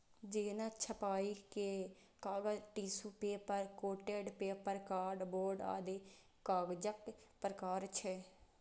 जेना छपाइ के कागज, tissue paper, coated paper, card board आदि कागजक प्रकार छियै